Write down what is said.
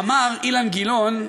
אמר אילן גילאון,